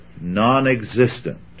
non-existent